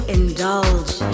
indulge